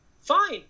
Fine